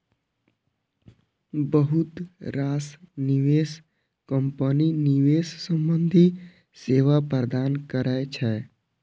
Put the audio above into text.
बहुत रास निवेश कंपनी निवेश संबंधी सेवा प्रदान करै छै